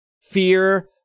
fear